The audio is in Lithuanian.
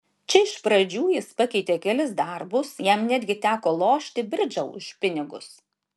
čia iš pradžių jis pakeitė kelis darbus jam netgi teko lošti bridžą už pinigus